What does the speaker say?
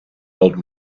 old